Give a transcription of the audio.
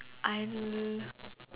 I l~